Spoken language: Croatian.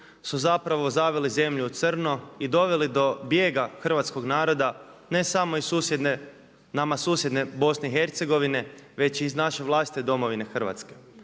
su zapravo zaveli zemlju u crno i doveli do bijega hrvatskog naroda ne samo iz susjedne, nama susjedne Bosne i Hercegovine već i iz naše vlastite domovine Hrvatske.